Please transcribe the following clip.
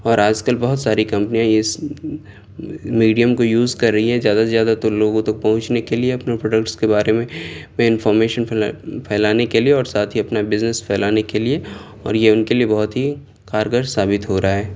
اور آج کل بہت ساری کمپنیاں یہ میڈیم کو یوز کر رہی ہیں زیادہ سے زیادہ تو لوگوں تک پہنچنے کے لیے اپنا پروڈکٹس کے بارے میں میں انفارمیشن پھیلانے کے لیے اور ساتھ ہی اپنا بزنیس پھیلانے کے لیے اور یہ ان کے لیے بہت ہی کارگر ثابت ہو رہا ہے